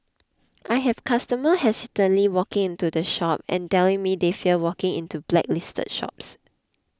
I have customers hesitantly walking into the shop and telling me they fear walking into the blacklisted shops